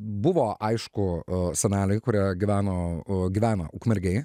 buvo aišku seneliai kurie gyveno gyvena ukmergėj